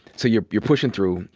so you're you're pushin' through.